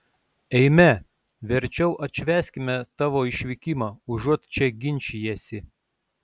eime verčiau atšvęskime tavo išvykimą užuot čia ginčijęsi